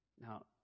Now